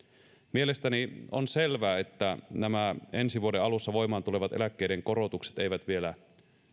mielestäni on selvää että nämä ensi vuoden alussa voimaan tulevat eläkkeiden korotukset eivät vielä